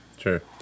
Sure